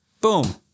Boom